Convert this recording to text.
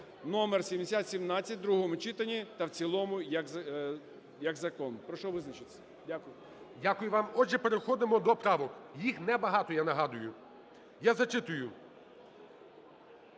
номер 7017 у другому читанні та в цілому як закон. Прошу визначитися. Дякую. ГОЛОВУЮЧИЙ. Дякую вам. Отже, переходимо до правок. Їх небагато, я нагадую, я зачитую.